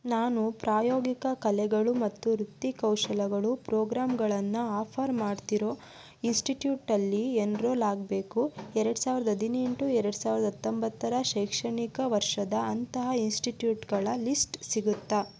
ನಾನು ಪ್ರಾಯೋಗಿಕ ಕಲೆಗಳು ಮತ್ತು ವೃತ್ತಿ ಕೌಶಲಗಳು ಪ್ರೋಗ್ರಾಮ್ಗಳನ್ನು ಆಫರ್ ಮಾಡ್ತಿರೋ ಇನ್ಸ್ಟಿಟ್ಯೂಟಲ್ಲಿ ಯೆನ್ರೋಲ್ ಆಗಬೇಕು ಎರಡು ಸಾವಿರ್ದ ಹದಿನೆಂಟು ಎರಡು ಸಾವಿರ್ದ ಹತ್ತೊಂಬತ್ತರ ಶೈಕ್ಷಣಿಕ ವರ್ಷದ ಅಂತಹ ಇನ್ಸ್ಟಿಟ್ಯೂಟ್ಗಳ ಲಿಸ್ಟ್ ಸಿಗುತ್ತಾ